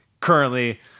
currently